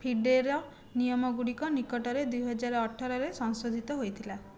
ଫିଡ଼େର୍ର ନିୟମ ଗୁଡ଼ିକ ନିକଟରେ ଦୁଇ ହଜାର ଅଠରରେ ସଂଶୋଧିତ ହୋଇଥିଲା